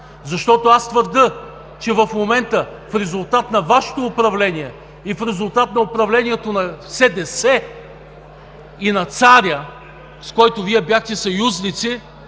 Аз твърдя, че в момента в резултат на Вашето управление и в резултат на управлението на СДС и на царя, с който бяхте съюзници,